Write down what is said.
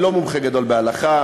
אני לא מומחה גדול בהלכה.